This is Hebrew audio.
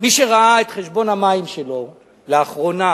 מי שראה את חשבון המים שלו לאחרונה